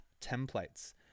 templates